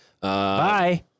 Bye